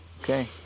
Okay